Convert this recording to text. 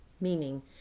Meaning